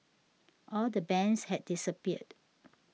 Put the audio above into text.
all the bands had disappeared